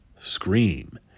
Scream